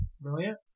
Brilliant